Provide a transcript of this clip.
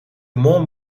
mont